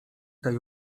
tej